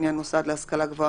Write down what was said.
לעניין מוסד להשכלה גבוהה,